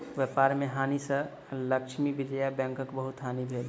व्यापार में हानि सँ लक्ष्मी विजया बैंकक बहुत हानि भेल